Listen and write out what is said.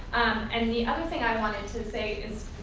and and the other thing i wanted to say is,